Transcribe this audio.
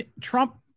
trump